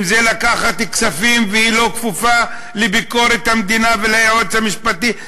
אם זה לקחת כספים ללא כפיפות לביקורת המדינה וליועץ המשפטי.